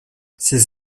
ses